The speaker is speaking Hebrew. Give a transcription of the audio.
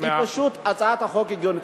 כי פשוט הצעת החוק הגיונית.